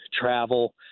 travel